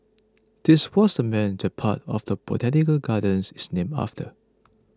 this was the man that part of the Botanic Gardens is named after